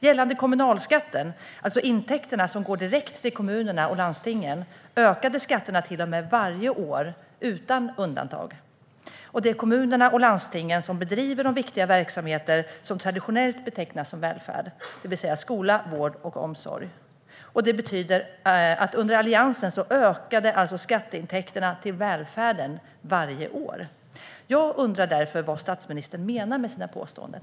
Gällande kommunalskatten, alltså de intäkter som går direkt till kommunerna och landstingen, ökade till och med skatteintäkterna varje år, utan undantag. Det är kommunerna och landstingen som bedriver de viktiga verksamheter som traditionellt betecknas som välfärd, det vill säga skola, vård och omsorg. Det betyder att under Alliansen ökade skatteintäkterna till välfärden varje år. Jag undrar därför: Vad menar statsministern med sina påståenden?